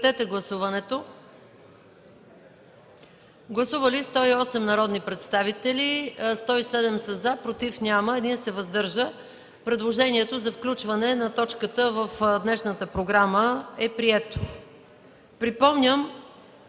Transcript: Предложението за включване на точката в днешната програма е прието. Припомням,